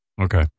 Okay